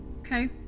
Okay